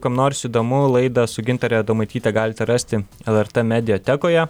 kam nors įdomu laidą su gintare adomaityte galite rasti lrt mediatekoje